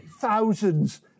Thousands